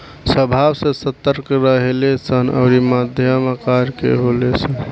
स्वभाव से सतर्क रहेले सन अउरी मध्यम आकर के होले सन